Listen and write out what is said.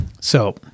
So-